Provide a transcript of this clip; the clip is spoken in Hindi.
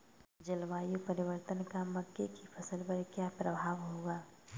जलवायु परिवर्तन का मक्के की फसल पर क्या प्रभाव होगा?